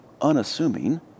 unassuming